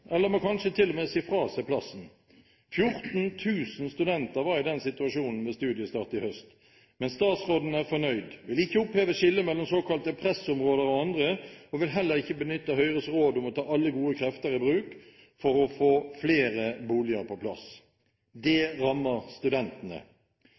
eller må kanskje til og med si fra seg plassen! 14 000 studenter var i den situasjonen ved studiestart i høst, men statsråden er fornøyd, vil ikke oppheve skillet mellom såkalte pressområder og andre og vil heller ikke benytte Høyres råd om å ta alle gode krefter i bruk for å få flere boliger på plass. Det